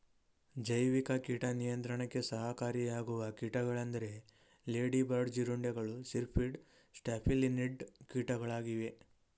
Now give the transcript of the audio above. ಜೈವಿಕ ಕೀಟ ನಿಯಂತ್ರಣಕ್ಕೆ ಸಹಕಾರಿಯಾಗುವ ಕೀಟಗಳೆಂದರೆ ಲೇಡಿ ಬರ್ಡ್ ಜೀರುಂಡೆಗಳು, ಸಿರ್ಪಿಡ್, ಸ್ಟ್ಯಾಫಿಲಿನಿಡ್ ಕೀಟಗಳಾಗಿವೆ